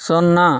సున్నా